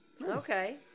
Okay